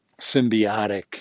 symbiotic